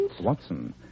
Watson